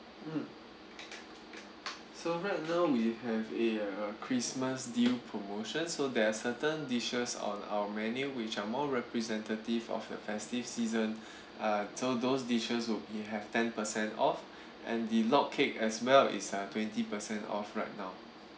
mm so right now we have a uh christmas deal promotions so there are certain dishes on our menu which are more representative of the festive season uh so those dishes would be have ten percent off and the log cake as well is uh twenty percent off right now